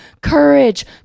Courage